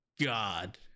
God